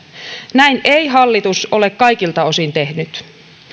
näin ei hallitus ole kaikilta osin tehnyt